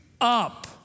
up